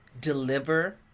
deliver